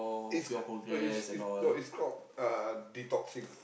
it's no it's it's no it's called uh detoxing